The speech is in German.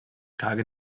tage